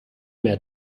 mehr